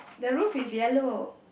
the roof is yellow